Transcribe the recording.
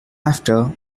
after